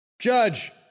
Judge